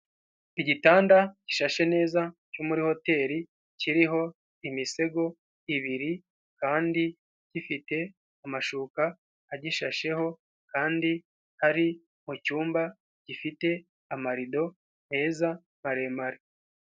Igitanda gishashe neza cyo muri hoteli kiriho imisego ibiri kandi gifite amashuka agishasheho kandi ari mu cyumba gifite amarido meza maremare.